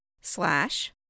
slash